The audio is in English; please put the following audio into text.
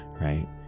right